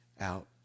out